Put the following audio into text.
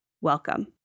welcome